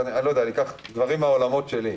ניקח דברים מן העולמות שלי,